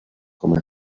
coma